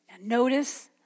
notice